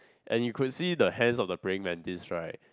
and you could see the hands of the praying mantis right